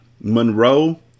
Monroe